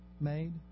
made